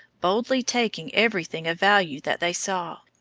boldly taking everything of value that they saw,